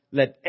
let